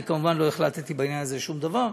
אני כמובן לא החלטתי בעניין הזה שום דבר,